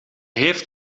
heeft